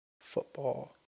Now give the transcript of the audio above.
football